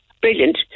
brilliant